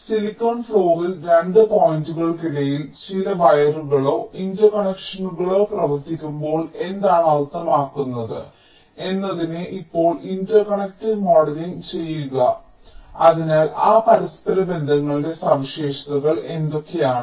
silicon ഫ്ലോറിൽ 2 പോയിന്റുകൾക്കിടയിൽ ചില വയറുകളോ ഇന്റർകണക്ഷനുകളോ പ്രവർത്തിക്കുമ്പോൾ എന്താണ് അർത്ഥമാക്കുന്നത് എന്നതിനെ ഇപ്പോൾ ഇന്റർകണക്ട് മോഡലിംഗ് ചെയ്യുക അതിനാൽ ആ പരസ്പരബന്ധങ്ങളുടെ സവിശേഷതകൾ എന്തൊക്കെയാണ്